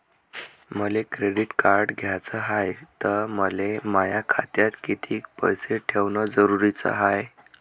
मले credit card घ्याचं हाय, त मले माया खात्यात कितीक पैसे ठेवणं जरुरीच हाय?